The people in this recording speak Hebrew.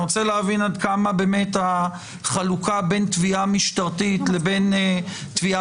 אני רוצה להבין עד כמה באמת החלוקה בין תביעה משטרית לבין תביעה